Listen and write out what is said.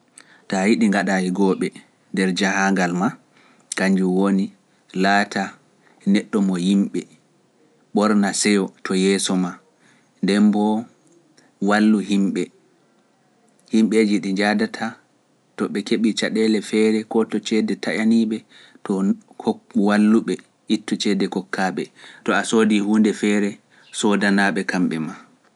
Ta yiɗi ngaɗa higooɓe nder jahangal ma, kanjum woni laata neɗɗo mo yimɓe, ɓorna seyo to yeeso ma, nden mbo wallu himɓe, himɓeeji ɗi njaadata to ɓe keɓi caɗeele feere koto ceede taƴaniiɓe to walluɓe ittu ceede kokkaaɓe, to a soodi huunde feere soodanaaɓe kamɓe ma.